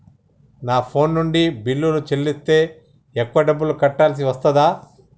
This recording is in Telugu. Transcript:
నా ఫోన్ నుండి బిల్లులు చెల్లిస్తే ఎక్కువ డబ్బులు కట్టాల్సి వస్తదా?